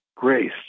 Grace